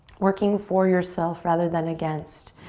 working for yourself rather than against.